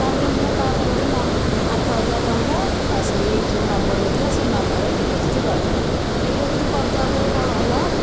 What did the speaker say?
ତାପରେ ମୁଁ ତା ପର ଦିନ ଆଠହଜାର ଟଙ୍କା ତା ସେଇ ଯେଉଁ ନମ୍ବର ଦେଇଥିଲା ସେଇ ନମ୍ବରରେ ଡିପୋଜିଟ୍ କରିଦେଲି ଡିପୋଜିଟ୍ କରିଦେବା ପରେ କ'ଣ ହେଲା